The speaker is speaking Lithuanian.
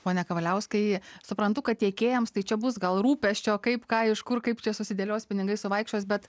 pone kavaliauskai suprantu kad tiekėjams tai čia bus gal rūpesčio kaip ką iš kur kaip čia susidėlios pinigai suvaikščios bet